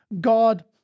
God